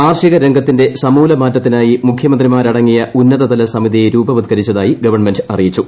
കാർഷിക രംഗത്തിന്റെ സമൂലമാറ്റത്തിനായി മുഖ്യമന്ത്രിമാരടങ്ങിയ ഉന്നതതല സമിതി രൂപവത്ക്കരിച്ചതായി ഗവൺമെന്റ് അറിയിച്ചു